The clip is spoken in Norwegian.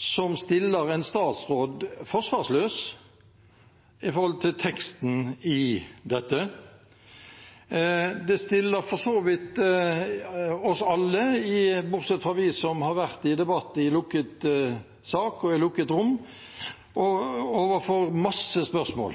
som stiller en statsråd forsvarsløs overfor teksten i det. Det stiller for så vidt oss alle, bortsett fra oss som har vært i debatt i lukket sak og i lukket rom, overfor masse spørsmål: